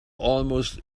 almost